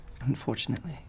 unfortunately